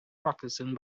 practicing